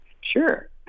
Sure